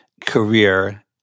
career